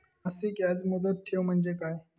मासिक याज मुदत ठेव म्हणजे काय?